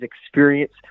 experience